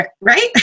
right